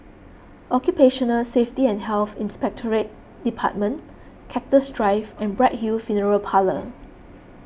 Occupational Safety and Health Inspectorate Department Cactus Drive and Bright Hill Funeral Parlour